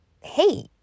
hey